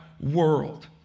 world